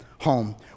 Home